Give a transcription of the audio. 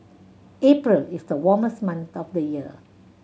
April is the warmest month of the year